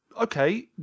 Okay